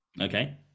Okay